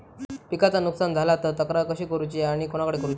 पिकाचा नुकसान झाला तर तक्रार कशी करूची आणि कोणाकडे करुची?